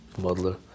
modeler